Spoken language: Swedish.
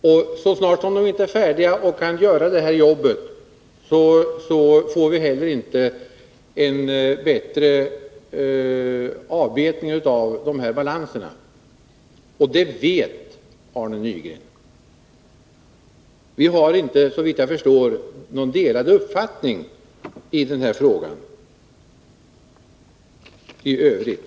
Och så länge den inte är det och inte kan göra jobbet får vi inte heller någon bättre avbetning av balanserna. Och detta vet Arne Nygren. Såvitt jag förstår har vi inte några delade uppfattningar i den här frågan i Övrigt.